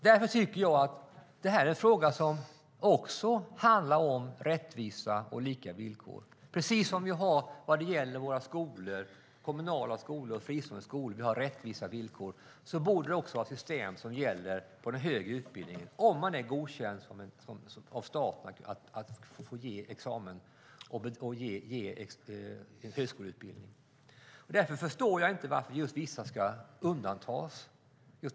Därför är detta en fråga som handlar om rättvisa och lika villkor. Precis som vi har rättvisa villkor när det gäller kommunala och fristående skolor borde det också finnas när det gäller den högre utbildningen för de lärosäten som är godkända av staten för att ge högskoleutbildning och utfärda examina. Jag förstår inte varför vissa ska undantas.